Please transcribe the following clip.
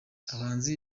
abahanzi